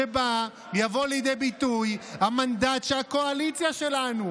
שבה יבוא לידי ביטוי המנדט של הקואליציה שלנו,